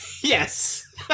Yes